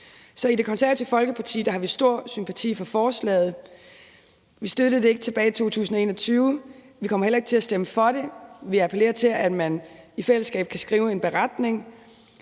Så i Det Konservative Folkeparti har vi stor sympati for forslaget. Vi støttede det ikke tilbage i 2021. Vi kommer heller ikke til at stemme for det. Vi appellerer til, at man i fællesskab kan skrive en beretning,